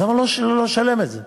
אז למה לא לשלם את זה?